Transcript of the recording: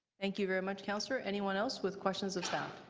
thank you very much councillor. anyone else with questions of staff?